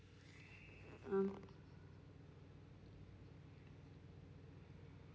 hmm